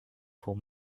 pour